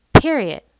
period